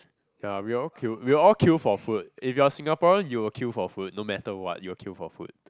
ya we will all queue we will all queue for food if you are Singaporean you will queue for food no matter what you will queue for food